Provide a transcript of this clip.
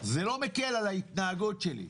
זה לא מקל על ההתנהגות שלי.